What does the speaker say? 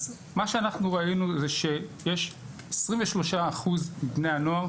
אז מה שאנחנו ראינו זה ש-23% מבני הנוער